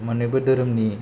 मोननैबो धोरोमनि